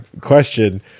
question